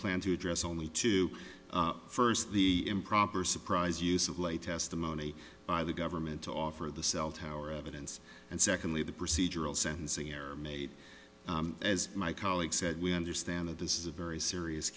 plan to address only to first the improper surprise use of lay testimony by the government to offer the cell tower evidence and secondly the procedural sentencing error made as my colleague said we understand that this is a very serious